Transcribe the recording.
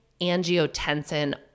angiotensin